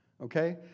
okay